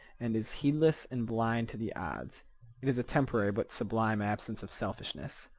and is heedless and blind to the odds. it is a temporary but sublime absence of selfishness.